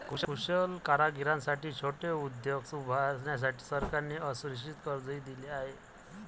कुशल कारागिरांसाठी छोटे उद्योग उभारण्यासाठी सरकारने असुरक्षित कर्जही दिले आहे